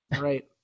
right